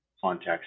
context